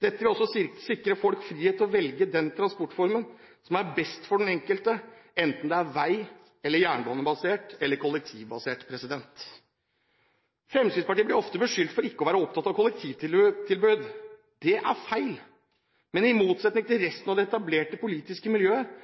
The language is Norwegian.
Dette vil også sikre folk frihet til å velge den transportformen som er best for den enkelte, enten det er vei-, jernbane- eller kollektivbasert. Fremskrittspartiet blir ofte beskyldt for ikke å være opptatt av kollektivtilbudet. Det er feil. Men i motsetning til resten av det etablerte politiske miljøet